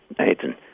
Nathan